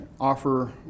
offer